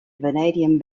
vanadium